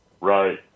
Right